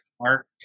Mark